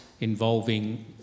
involving